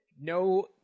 No